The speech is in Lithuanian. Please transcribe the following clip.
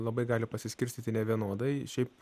labai gali pasiskirstyti nevienodai šiaip